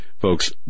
Folks